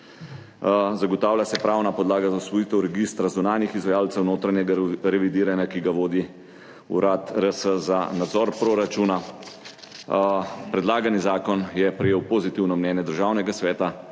Zagotavlja se pravna podlaga za osvojitev registra zunanjih izvajalcev notranjega revidiranja, ki ga vodi Urad RS za nadzor proračuna. Predlagani zakon je prejel pozitivno mnenje Državnega sveta.